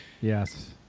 Yes